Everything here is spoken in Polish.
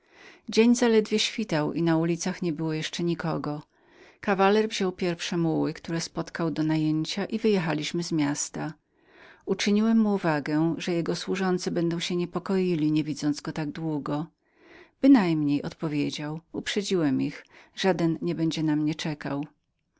dzień zaledwie świtał i na ulicach niebyło prawie nikogo kawaler wziął pierwsze muły które spotkał do najęcia i wyjechaliśmy z miasta uczyniłem mu uwagę że jego służący będą się niepokoić widząc go tak długo nie powracającego bynajmniej odpowiedział uprzedziłem ich żaden nie będzie na mnie czekał